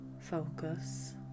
focus